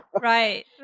right